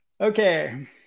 Okay